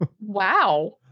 Wow